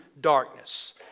darkness